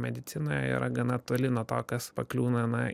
medicina yra gana toli nuo to kas pakliūna